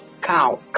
cow